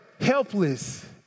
helpless